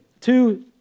two